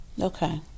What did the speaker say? Okay